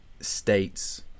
states